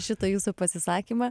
šitą jūsų pasisakymą